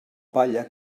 palla